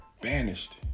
banished